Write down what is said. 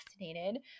fascinated